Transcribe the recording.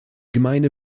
gemeinde